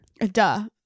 duh